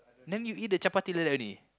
then you eat the chapati like that only